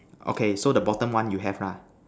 okay so the bottom one you have lah